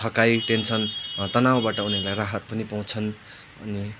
थकाइ टेन्सन तनाउबाट उनीहरूलाई राहत पनि पाउँछन् अनि